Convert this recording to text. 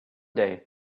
day